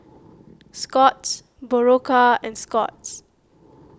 Scott's Berocca and Scott's